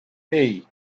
hey